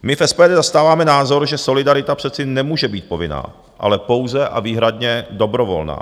My v SPD zastáváme názor, že solidarita přece nemůže být povinná, ale pouze a výhradně dobrovolná.